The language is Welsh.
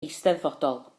eisteddfodol